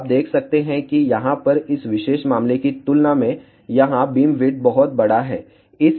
तो आप देख सकते हैं कि यहाँ पर इस विशेष मामले की तुलना में यहाँ बीमविड्थ बहुत बड़ा है